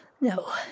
No